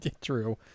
True